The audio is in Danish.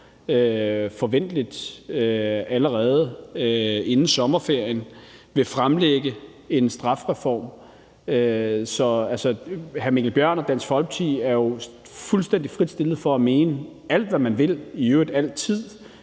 forventelig allerede inden sommerferien, vil fremlægge en strafreform. Så det står jo hr. Mikkel Bjørn og Dansk Folkeparti frit for at mene alt, hvad de vil – og det